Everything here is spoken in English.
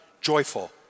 joyful